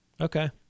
Okay